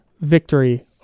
victory